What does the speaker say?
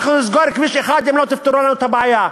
נסגור את כביש 1 אם לא תפתרו לנו את הבעיה.